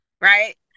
right